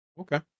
Okay